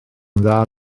dda